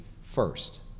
first